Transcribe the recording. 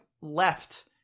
left